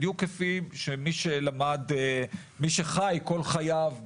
בדיוק כפי שמי שחי כל חייו בכפר,